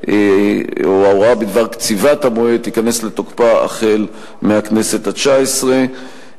ההוראה בדבר קציבת המועד תיכנס לתוקפה החל מהכנסת התשע-עשרה,